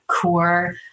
core